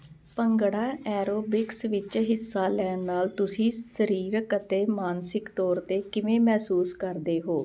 bhangra aerobics ਵਿੱਚ ਹਿੱਸਾ ਲੈਣ ਨਾਲ ਤੁਸੀਂ ਸਰੀਰਕ ਅਤੇ ਮਾਨਸਿਕ ਤੌਰ 'ਤੇ ਕਿਵੇਂ ਮਹਿਸੂਸ ਕਰਦੇ ਹੋ